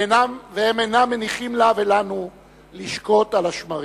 והם אינם מניחים לה ולנו לשקוט על השמרים.